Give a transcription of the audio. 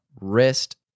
wrist